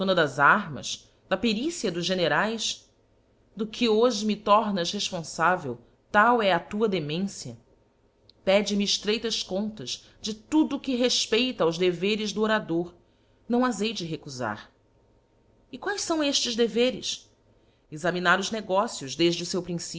fortuna das armas da pericia dos generaes do que hoje me tomas responfavel tal é a tua demência pede-me eífareitas contas de tudo que respeita aos deveres do orador não as hei de recufar e quaes ao eftes deveres examinar os nocios defde o feu